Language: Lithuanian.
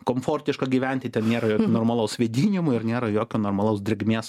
komfortiška gyventi ten nėra jokio normalaus vėdinimo ir nėra jokio normalaus drėgmės